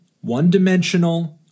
one-dimensional